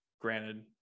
Granted